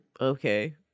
Okay